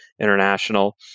international